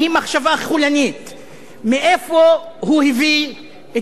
מאיפה הוא הביא את האידיאולוגיה הגזענית הזאת?